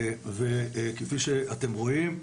וכפי שאתם רואים.